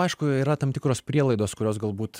aišku yra tam tikros prielaidos kurios galbūt